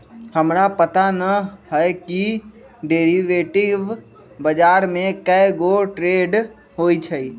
हमरा पता न हए कि डेरिवेटिव बजार में कै गो ट्रेड होई छई